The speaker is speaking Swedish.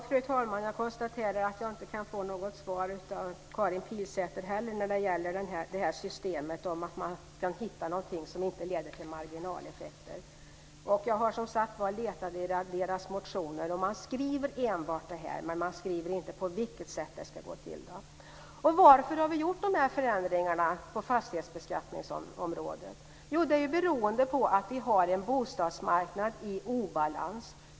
Fru talman! Jag konstaterar att jag inte kan få något svar av Karin Pilsäter heller när det gäller om man kan hitta ett system som inte leder till sådana marginaleffekter. Jag har, som sagt, letat i motionerna. Man skriver om detta, men man skriver inte på vilket sätt det ska gå till. Varför har vi gjort dessa förändringar på fastighetsbeskattningens område? Jo, det beror på att vi har en bostadsmarknad i obalans.